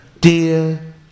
dear